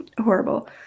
horrible